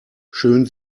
schön